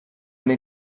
ene